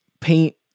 paint